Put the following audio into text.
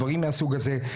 דברים מהסוג הזה.